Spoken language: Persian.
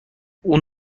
اون